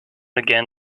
again